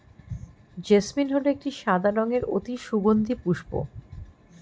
jasmine হল একটি সাদা রঙের অতি সুগন্ধি পুষ্প